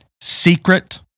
secret